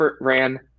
ran